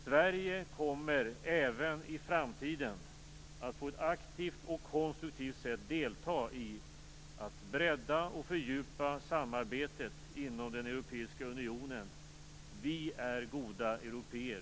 Sverige kommer även i framtiden att på ett aktivt och konstruktivt sätt delta i att bredda och fördjupa samarbetet inom den europeiska unionen. Vi är goda européer.